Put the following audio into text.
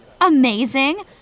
Amazing